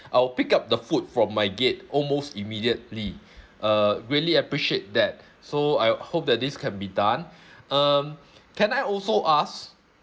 I'll pick up the food from my gate almost immediately uh really appreciate that so I hope that this can be done um can I also ask